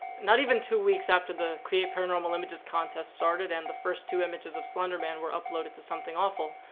not even two weeks after the create paranormal images contest started and the first two images of slender man were uploaded to something awful,